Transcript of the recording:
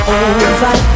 over